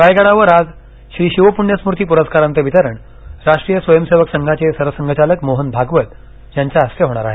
रायगडावर आज श्री शिवपुण्यस्मृती पुरस्काराचं वितरण राष्ट्रीय स्वयंसेवक संघाचे सरसंघचालक मोहन भागवत यांच्या हस्ते होणार आहे